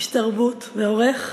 איש תרבות ועורך,